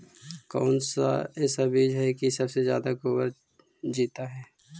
कौन सा ऐसा बीज है की सबसे ज्यादा ओवर जीता है?